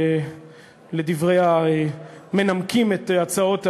לדברי המנמקים את הצעות האי-אמון,